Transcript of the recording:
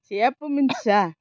जेबो मोनथिया